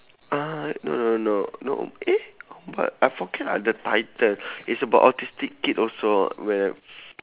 ah no no no no eh but I forget lah the title is about autistic kid also where